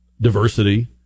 diversity